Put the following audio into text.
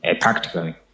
Practically